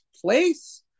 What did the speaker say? place